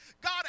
God